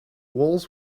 walls